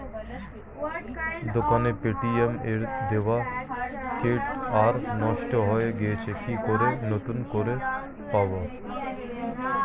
দোকানের পেটিএম এর দেওয়া কিউ.আর নষ্ট হয়ে গেছে কি করে নতুন করে পাবো?